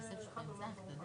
לסיים בנימה אופטימית.